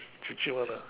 cheap cheap one ah